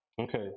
okay